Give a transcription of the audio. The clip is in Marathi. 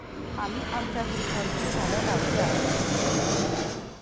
आम्ही आमच्या घरी भरपूर झाडं लावली आहेत